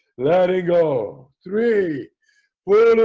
let it go three wheel